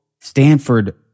Stanford